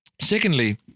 Secondly